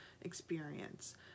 experience